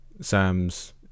Sam's